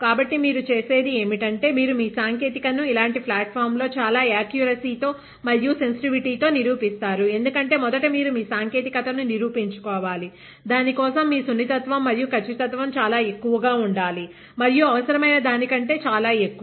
కాబట్టి మీరు చేసేది ఏమిటంటే మీరు మీ సాంకేతికతను ఇలాంటి ప్లాట్ ఫామ్ లో చాలా యాక్యూరసీ తో మరియు సెన్సిటివిటీ తో నిరూపిస్తారు ఎందుకంటే మొదట మీరు మీ సాంకేతికతను నిరూపించుకోవాలి దాని కోసం మీ సున్నితత్వం మరియు ఖచ్చితత్వం చాలా ఎక్కువగా ఉండాలి మరియు అవసరమైన దానికంటే చాలా ఎక్కువ